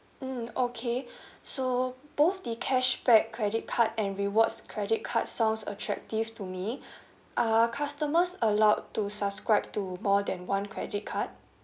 mmhmm okay so both the cashback credit card and rewards credit card sounds attractive to me are customers allowed to subscribe to more than one credit card